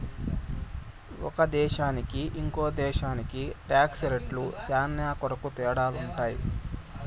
ఒక దేశానికి ఇంకో దేశానికి టాక్స్ రేట్లు శ్యానా కొరకు తేడాలుంటాయి